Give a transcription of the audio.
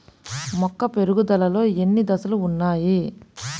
మొక్క పెరుగుదలలో ఎన్ని దశలు వున్నాయి?